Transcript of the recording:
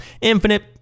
Infinite